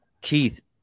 Keith